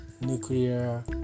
nuclear